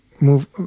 move